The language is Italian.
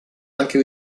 anche